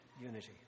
unity